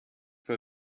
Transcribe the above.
für